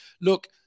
Look